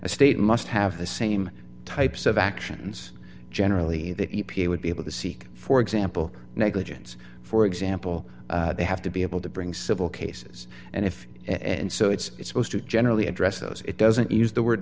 a state must have the same types of actions generally the e p a would be able to seek for example negligence for example they have to be able to bring civil cases and if and so it's supposed to generally address those it doesn't use the word